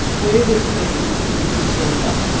where would it be if we didn't stand up,